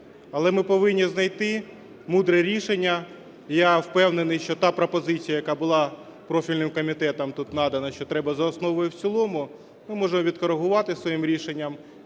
але ми повинні знайти мудре рішення. Я впевнений, що та пропозиція, яка була профільним комітетом тут надана, що треба за основу і в цілому, ми можемо відкоригувати своїм рішенням,